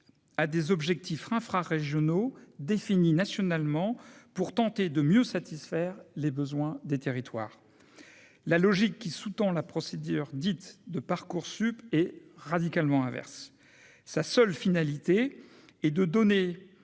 à des objectifs infra-régionaux définis nationalement pour tenter de mieux satisfaire les besoins des territoires, la logique qui sous-tend la procédure dite de Parcoursup est radicalement inverse, sa seule finalité et de donner